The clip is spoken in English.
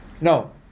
No